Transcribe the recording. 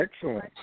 Excellent